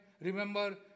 Remember